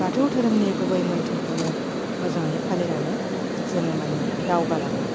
बाथौ धोरोमनि गुबै मोनथोरखौनो मोजाङै फालिनानै जोङो माने दावगा लाङो